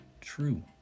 true